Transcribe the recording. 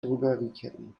drogerieketten